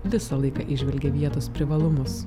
visą laiką įžvelgia vietos privalumus